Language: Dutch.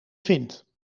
vindt